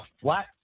flat